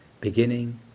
beginning